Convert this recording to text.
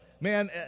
Man